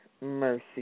mercy